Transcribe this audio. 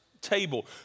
table